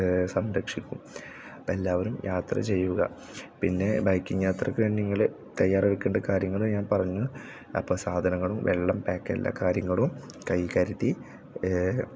സംരക്ഷിക്കും എല്ലാവരും യാത്ര ചെയ്യുക പിന്നെ ബൈക്കിങ്ങ് യാത്രയൊക്കെയുണ്ടെങ്കിൽ തയ്യാറെടുക്കേണ്ട കാര്യങ്ങൾ ഞാൻ പറഞ്ഞു അപ്പം സാധനങ്ങളും വെള്ളം പാക്കെല്ലാം കാര്യങ്ങളും കയ്യിൽ കരുതി